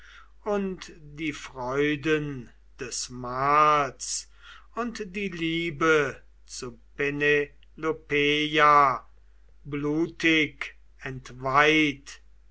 und die freuden des mahls und die liebe zu penelopeia blutig entweiht